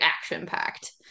action-packed